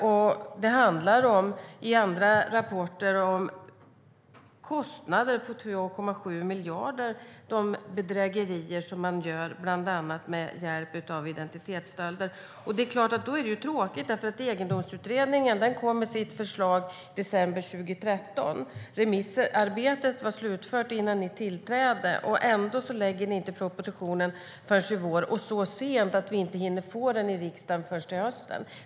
Enligt andra rapporter handlar det om kostnader på 2,7 miljarder för bedrägerier, bland annat med hjälp av identitetsstölder. Egendomsutredningen kom med sitt förslag i december 2013. Remissarbetet var slutfört innan ni tillträdde, och ändå lägger ni inte fram propositionen förrän i vår, och det så sent att vi inte hinner behandla den i riksdagen förrän till hösten.